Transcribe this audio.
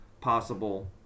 possible